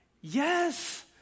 Yes